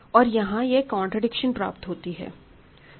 और यहां यह कंट्राडिक्शन प्राप्त होती है